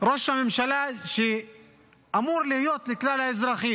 לריאיון טלוויזיוני ולא מצליח להגיד כמה נרצחים.